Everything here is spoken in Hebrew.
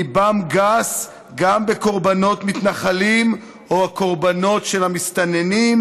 ליבם גס גם בקורבנות מתנחלים או קורבנות של המסתננים,